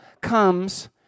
comes